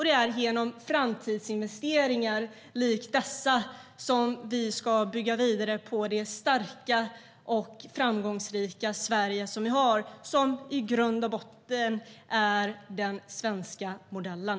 Det är genom framtidsinvesteringar likt dessa som vi ska bygga vidare på det starka och framgångsrika Sverige vi har. Det är i grund och botten den svenska modellen.